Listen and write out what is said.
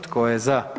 Tko je za?